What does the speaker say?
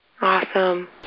Awesome